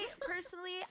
Personally